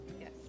Yes